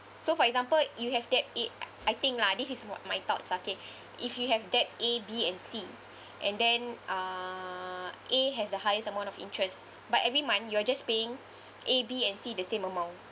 so for example you have that it I I think lah this is what my thoughts are okay if you have debt A B and C and then uh A has the highest amount of interest but every month you're just paying A B and C the same amount